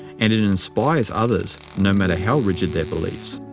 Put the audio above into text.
and it inspires others, no matter how rigid their beliefs.